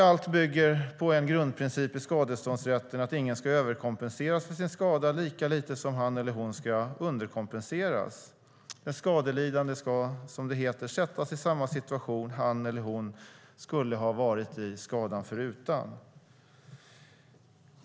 Allt bygger på en grundprincip i skadeståndsrätten att ingen ska överkompenseras för sin skada lika lite som han eller hon ska underkompenseras. Den skadelidande ska, som det heter, sättas i samma situation han eller hon skulle ha varit i skadan förutan.